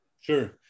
sure